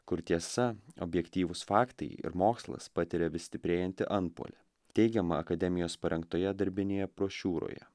kur tiesa objektyvūs faktai ir mokslas patiria vis stiprėjantį antpuolį teigiama akademijos parengtoje darbinėje brošiūroje